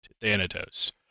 Thanatos